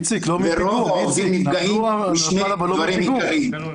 איציק, נפל, אבל לא מפיגום.